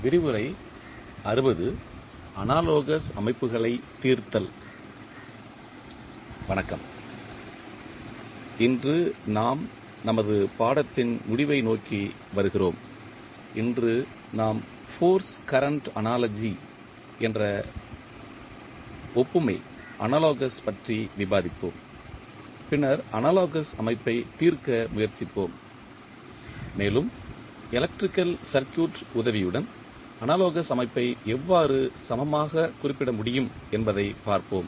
வணக்கம் எனவே இன்று நாம் நமது பாடத்தின் முடிவை நோக்கி வருகிறோம் இன்று நாம் ஃபோர்ஸ் கரண்ட் அனாலஜி என்ற ஒப்புமை பற்றி விவாதிப்போம் பின்னர் அனாலோகஸ் அமைப்பை தீர்க்க முயற்சிப்போம் மேலும் எலக்ட்ரிக்கல் சர்க்யூட் உதவியுடன் அனாலோகஸ் அமைப்பை எவ்வாறு சமமாக குறிப்பிட முடியும் என்பதைப் பார்ப்போம்